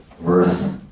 worth